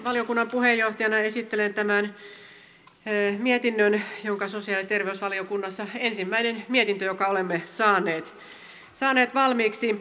valiokunnan puheenjohtajana esittelen tämän mietinnön sosiaali ja terveysvaliokunnassa ensimmäinen mietintö jonka olemme saaneet valmiiksi